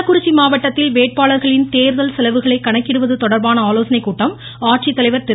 கள்ளக்குறிச்சி மாவட்டத்தில் வேட்பாளர்களின் தேர்தல் செலவுகளைக் கணக்கிடுவது தொடர்பான ஆலோசனை கூட்டம் ஆட்சித் தலைவர் திரு